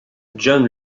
john